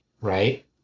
right